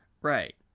Right